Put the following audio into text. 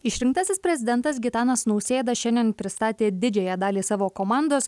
išrinktasis prezidentas gitanas nausėda šiandien pristatė didžiąją dalį savo komandos